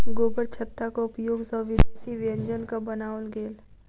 गोबरछत्ताक उपयोग सॅ विदेशी व्यंजनक बनाओल गेल